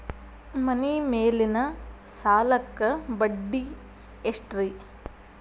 ಮನಿ ಮೇಲಿನ ಸಾಲಕ್ಕ ಬಡ್ಡಿ ಎಷ್ಟ್ರಿ?